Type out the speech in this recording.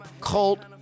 cult